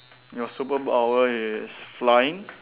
your superpower is flying